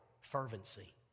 fervency